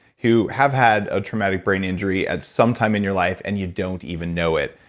who have had ah traumatic brain injury at some time in your life and you don't even know it.